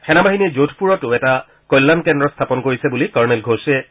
সেনা বাহিনীয়ে যোধপুৰতো এটা কল্যাণ কেন্দ্ৰ স্থাপন কৰিছে বুলি কৰ্ণেল ঘোষে প্ৰকাশ কৰে